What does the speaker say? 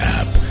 app